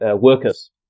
workers